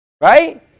Right